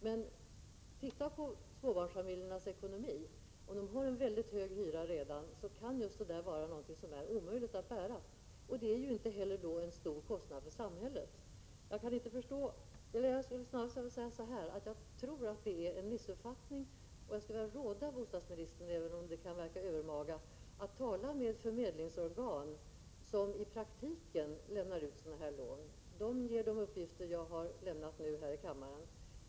Men titta på småbarnsfamiljernas ekonomi! Om en sådan här familj redan har en väldigt hög hyra, kan det vara omöjligt för familjen att bära just denna kostnad. Däremot rör det sig inte om någon stor kostnad för samhället. Jag tror att det föreligger en missuppfattning. Jag skulle således vilja råda bostadsministern — även om det kan verka övermaga — att tala med de förmedlingsorgan som i praktiken lämnar ut sådana här lån. De lämnar också uppgifter av det slag som jag har berört här i kammaren.